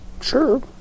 Sure